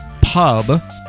pub